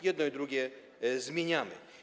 Jedno i drugie zmieniamy.